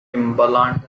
timbaland